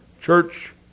church